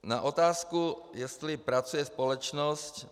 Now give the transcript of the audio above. Na otázku, jestli pracuje společnost.